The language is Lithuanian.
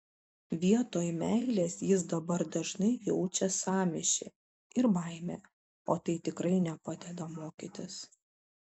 vietoj meilės jis dabar dažnai jaučia sąmyšį ir baimę o tai tikrai nepadeda mokytis